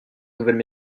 nouvelle